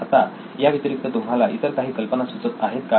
आता या व्यतिरिक्त तुम्हाला इतर काही कल्पना सुचत आहेत का